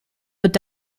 wird